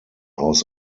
aus